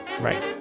right